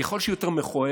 ככל שהיא יותר מכוערת,